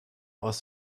aus